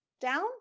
Down